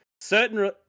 certain